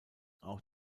auch